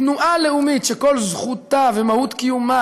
תנועה לאומית שכל זכותה ומהות קיומה